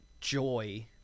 joy